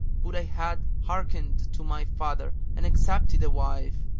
would i had hearkened to my father and accepted a wife!